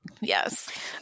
Yes